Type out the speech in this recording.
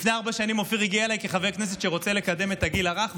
לפני ארבע שנים אופיר הגיע אליי כחבר כנסת שרוצה לקדם את הגיל הרך,